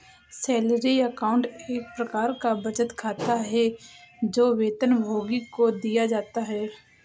salary account एक प्रकार का बचत खाता है, जो वेतनभोगी को दिया जाता है